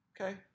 Okay